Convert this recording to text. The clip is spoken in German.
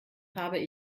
habe